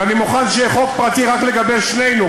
ואני מוכן שיהיה חוק פרטי לגבי שנינו,